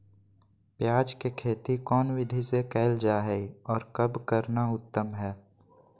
प्याज के खेती कौन विधि से कैल जा है, और कब करना उत्तम है?